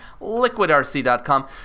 LiquidRC.com